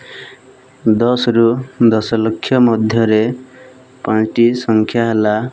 ଦଶ ରୁ ଦଶଲକ୍ଷ ମଧ୍ୟରେ ପାଞ୍ଚଟି ସଂଖ୍ୟା ହେଲା